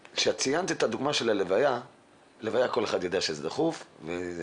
ציינת את הדוגמה של ההלוויה וזה מקרה שכל אחד יודע שזה דחוף מה